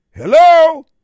Hello